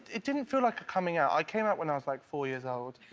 it didn't feel like a coming out. i came out when i was, like, four years old.